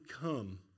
come